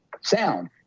sound